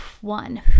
One